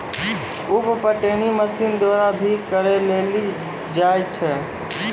उप पटौनी मशीन द्वारा भी करी लेलो जाय छै